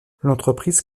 l’entreprise